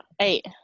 eight